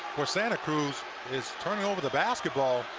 for santa cruz is turning over the basketball.